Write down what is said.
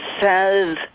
says